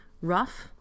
rough